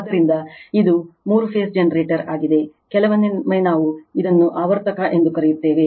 ಆದ್ದರಿಂದ ಇದು ಮೂರು ಫೇಸ್ ಜನರೇಟರ್ ಆಗಿದೆ ಕೆಲವೊಮ್ಮೆ ನಾವು ಇದನ್ನು ಆವರ್ತಕ ಎಂದು ಕರೆಯುತ್ತೇವೆ